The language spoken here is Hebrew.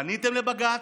פניתם לבג"ץ,